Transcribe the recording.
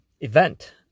event